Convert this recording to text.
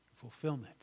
fulfillment